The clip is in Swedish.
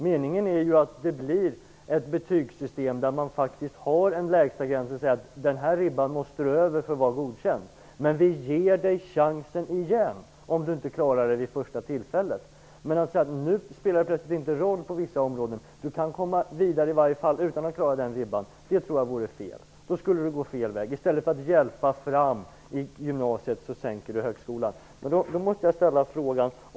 Meningen är att det skall bli ett betygssystem där man har en lägsta gräns, som innebär att eleven måste komma över den ribban för att vara godkänd, men att han får chansen igen om han inte klarar sig vid det första tillfället. Men nu spelar det plötsligt inte någon roll på vissa områden, utan eleven kan komma vidare utan att klara den ribban. Jag tror att det vore att gå fel väg. I stället för att hjälpa fram gymnasiet sänker man högskolan. Jag måste ställa frågan.